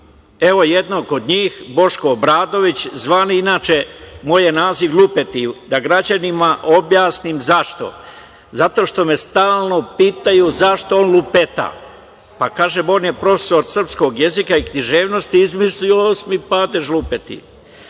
Evo, jednog od njih, Boško Obradović, zvani, inače, moj je naziv lupetiv, da građanima objasnim zašto. Zato što me stalno pitaju – zašto on lupeta. Kažem – on je profesor srpskog jezika i književnosti i izmislio je osmi padež